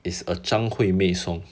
is a 张惠妹 song